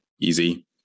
easy